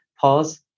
pause